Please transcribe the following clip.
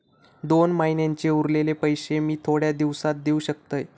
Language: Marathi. दोन महिन्यांचे उरलेले पैशे मी थोड्या दिवसा देव शकतय?